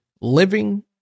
living